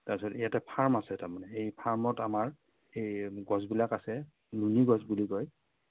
তাৰপাছত ইয়াতে ফাৰ্ম আছে তাৰমানে এই ফাৰ্মত আমাৰ এই গছবিলাক আছে নুনিগছ বুলি কয়